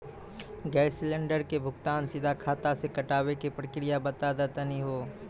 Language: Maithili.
गैस सिलेंडर के भुगतान सीधा खाता से कटावे के प्रक्रिया बता दा तनी हो?